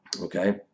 Okay